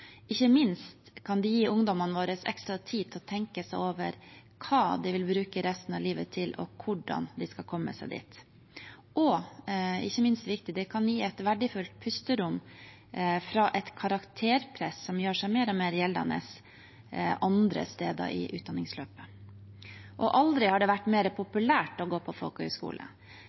Ikke minst kan det gi ungdommene våre ekstra tid til å tenke over hva de vil bruke resten av livet til, og hvordan de skal komme seg dit. Og ikke minst viktig: Det kan gi et verdifullt pusterom fra et karakterpress som gjør seg mer og mer gjeldende andre steder i utdanningsløpet. Aldri har det vært mer populært å gå på